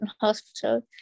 hospital